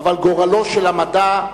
אבל גורלו של המדע,